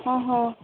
ହଁ ହଁ